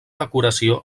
decoració